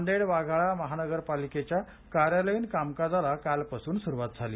नांदेड वाघाळा महानगर पालिकेच्या कार्यालयीन कामकाजाला कालपासून सुरूवात झाली